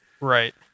Right